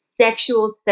sexual